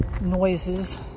noises